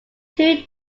two